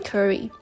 Curry